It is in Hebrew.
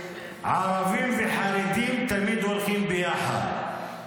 ערבים וחרדים תמיד הולכים ביחד.